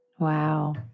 Wow